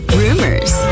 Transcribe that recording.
rumors